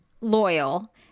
loyal